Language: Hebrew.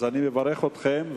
אז אני מברך אתכם,